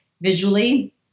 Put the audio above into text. visually